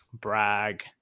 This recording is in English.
brag